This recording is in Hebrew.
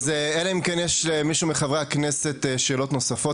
אלא אם כן יש למישהו מחברי הכנסת שאלות נוספות,